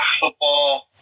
football